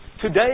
today